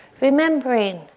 Remembering